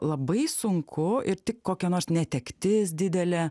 labai sunku ir tik kokia nors netektis didelė